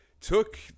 took